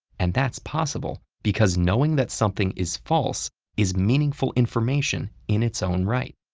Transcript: and that's possible because knowing that something is false is meaningful information in its own right.